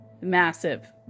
massive